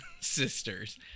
sisters